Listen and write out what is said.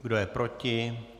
Kdo je proti?